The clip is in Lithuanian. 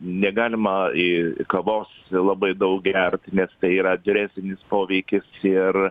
negalima į kavos labai daug gert nes tai yra geresnis poveikis ir